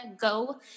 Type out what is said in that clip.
go